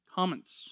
Comments